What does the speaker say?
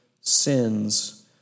sins